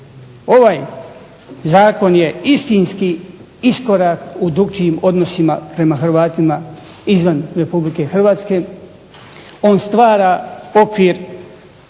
Ovaj zakon je istinski iskorak u drugačijim odnosima prema Hrvatima izvan RH, on stvara okvir